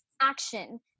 action